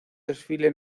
desfile